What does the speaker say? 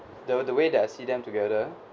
the the way that I see them together